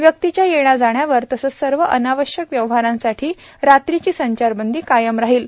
व्यक्तीच्या येण्याजाण्यावर तसेच सर्व अनावश्यक व्यवहारांसाठी रात्रीची संचारबंदी कायम राहील